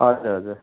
हजुर हजुर